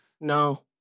No